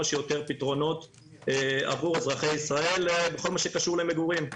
שיותר פתרונות עבור אזרחי ישראל בכל מה שקשור למגורים.